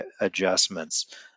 adjustments